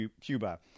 Cuba